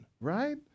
right